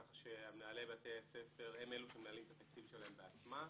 ככה שמנהלי בתי הספר הם אלה שמנהלים את התקציב שלהם בעצמם.